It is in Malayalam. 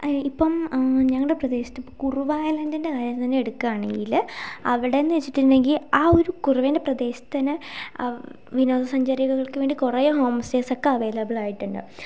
ഇപ്പം ഞങ്ങളുടെ പ്രദേശത്തിപ്പോൾ കുറുവ ഐലൻ്റിൻ്റെ കാര്യം തന്നെ എടുക്കുകയാണെങ്കിൽ അവിടെയെന്നു വച്ചിട്ടുണ്ടെങ്കിൽ ആ ഒരു കുറവേൻ്റെ പ്രദേശത്തു തന്നെ വിനോദസഞ്ചാരികൾക്ക് വേണ്ടി കുറേ ഹോംസ്റ്റേയ്സ് ഒക്കെ അവൈലബിൾ ആയിട്ടുണ്ട്